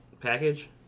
package